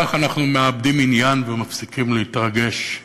כך אנחנו מאבדים עניין ומפסיקים להתרגש.